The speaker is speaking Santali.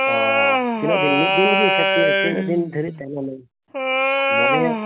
ᱚᱻ ᱛᱤᱱᱟᱹᱜ ᱫᱤᱱ ᱢᱤᱫ ᱫᱤᱱ ᱜᱮ ᱥᱮ ᱛᱤᱱᱟᱹᱜ ᱛᱤᱱᱟᱹᱜ ᱫᱤᱱ ᱫᱷᱟᱹᱨᱤᱡ ᱛᱟᱦᱮᱱᱟ ᱢᱚᱬᱮ